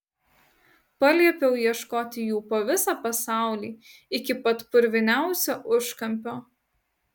paliepiau ieškoti jų po visą pasaulį iki pat purviniausio užkampio